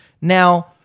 Now